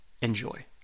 Enjoy